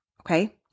okay